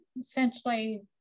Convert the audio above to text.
essentially